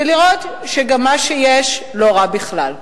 ולראות שגם מה שיש לא רע בכלל.